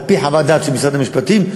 על-פי חוות הדעת של משרד המשפטים,